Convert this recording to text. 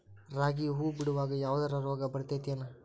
ರಾಗಿ ಹೂವು ಬಿಡುವಾಗ ಯಾವದರ ರೋಗ ಬರತೇತಿ ಏನ್?